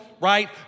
right